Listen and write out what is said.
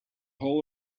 hull